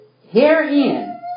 Herein